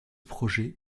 projet